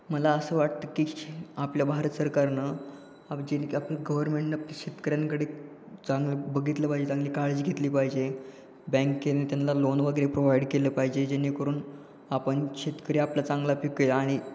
मला असं वाटतं की श् आपल्या भारत सरकारनं आप जेणे की आपलं गव्हर्मेंटनं शेतकऱ्यांकडे चांगलं बघितलं पाहिजे चांगली काळजी घेतली पाहिजे बँकेने त्यांना लोन वगैरे प्रोवाईड केलं पाहिजे जेणेकरून आपण शेतकरी आपला चांगला पीकये आणि